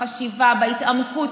בחשיבה, בהתעמקות.